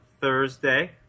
Thursday